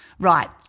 Right